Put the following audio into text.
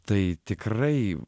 tai tikrai